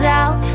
out